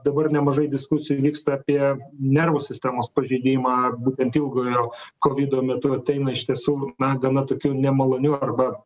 dabar nemažai diskusijų vyksta apie nervų sistemos pažeidimą būtent ilgojo kovido metu tai na iš tiesų na gana tokių nemalonių arba